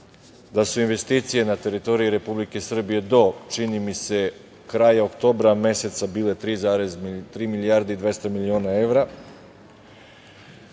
da su investicije na teritoriji Republike Srbije do, čini mi se, kraja oktobra meseca bile 3,3 milijarde i